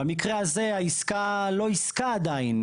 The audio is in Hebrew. במקרה הזה, העסקה היא לא עסקה עדיין.